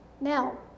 Now